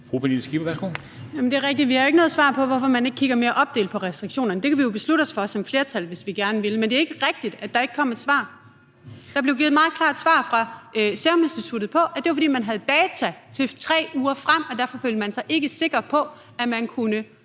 Jamen det er rigtigt, at vi ikke har fået noget svar på, hvorfor man ikke kigger mere opdelt på restriktionerne – det kan vi jo som flertal beslutte os for, hvis vi gerne vil. Men det er ikke rigtigt, at der ikke kom et svar. Der blev givet et meget klart svar fra Seruminstituttet, nemlig at det var, fordi man havde data til 3 uger frem, og derfor følte man sig ikke sikker på, at man kunne